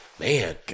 Man